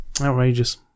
outrageous